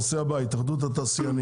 הנושא הבא, התאחדות התעשיינים.